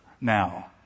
now